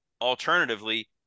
alternatively